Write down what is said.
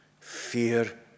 fear